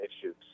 issues